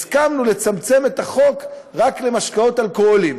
רק למשקאות אלכוהוליים,